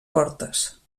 portes